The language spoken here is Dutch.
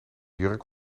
jurk